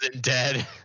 dead